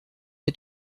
est